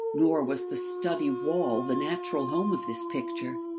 nor was the study-wall the natural home of this picture.